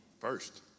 First